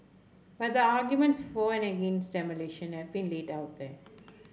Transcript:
but the arguments for and against demolition have been laid out there